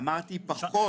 אמרתי פחות.